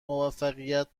موافقت